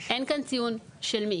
אין כאן ציון של מי.